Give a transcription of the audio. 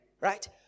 Right